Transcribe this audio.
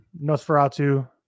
Nosferatu